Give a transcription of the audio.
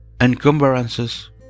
encumbrances